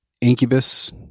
Incubus